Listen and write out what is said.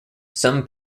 some